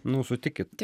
nu sutikit